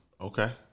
Okay